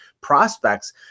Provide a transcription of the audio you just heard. prospects